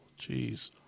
Jeez